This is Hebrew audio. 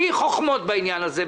בלי חוכמות בעניין הזה.